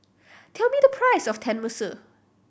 tell me the price of Tenmusu